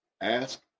Ask